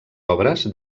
obres